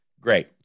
great